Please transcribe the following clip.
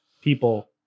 people